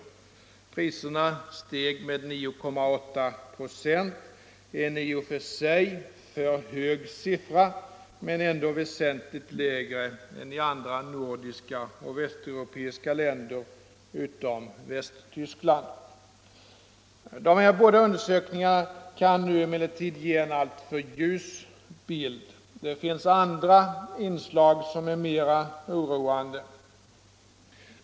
Priserna steg med 9,8 KH — en i och för sig hög siffra men ändå väsentligt lägre än i andra nordiska och västeuropeiska länder utom Västtyskland. De båda undersökningarna kan emellertid ge en alltför ljus bild. Det finns andra inslag som är mer oroande.